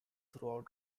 throughout